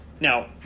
now